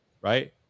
right